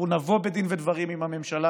אנחנו נבוא בדין ודברים עם הממשלה,